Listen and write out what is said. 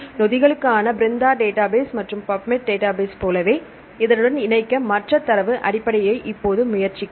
நொதிகளுக்கான BRENDA database மற்றும் PubMed database போலவே இதனுடன் இணைக்க மற்ற தரவு அடிப்படையை இப்போது முயற்சிக்கிறோம்